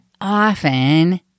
often